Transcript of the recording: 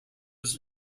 his